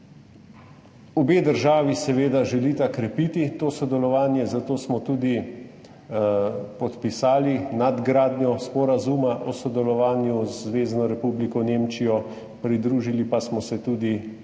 Obe državi seveda želita krepiti to sodelovanje, zato smo podpisali nadgradnjo sporazuma o sodelovanju z Zvezno republiko Nemčijo, pridružili pa smo se tudi